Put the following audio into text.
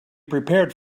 prepared